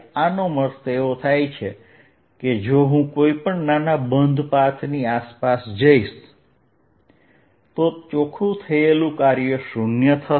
આનો અર્થ છે કે જો હું કોઈ પણ નાના બંધ પાથની આસપાસ જઈશ તો ચોખ્ખું થયેલું કાર્ય 0 થશે